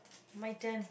my turn